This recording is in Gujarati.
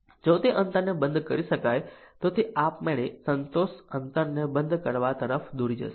જો તે અંતરને બંધ કરી શકાય તો તે આપમેળે સંતોષ અંતરને બંધ કરવા તરફ દોરી જશે